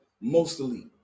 mostly